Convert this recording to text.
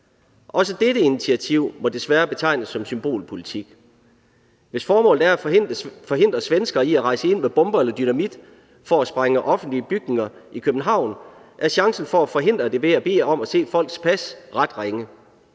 Også dette initiativ må desværre betegnes som symbolpolitik. Hvis formålet er at forhindre svenskere i at rejse ind med bomber eller dynamit for at sprænge offentlige bygninger i København i luften, er chancen for at forhindre det ved at bede om at se folks pas ret ringe.